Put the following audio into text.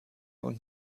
und